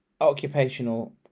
occupational